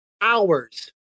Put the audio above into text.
hours